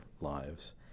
lives